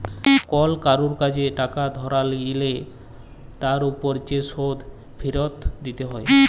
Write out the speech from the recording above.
call কারুর কাজে টাকা ধার লিলে তার উপর যে শোধ ফিরত দিতে হ্যয়